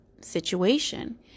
situation